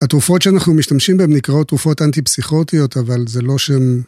התרופות שאנחנו משתמשים בהן נקראות תרופות אנטי-פסיכוטיות, אבל זה לא שם...